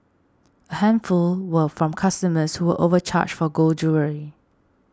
a handful were from customers who were overcharged for gold jewellery